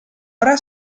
ora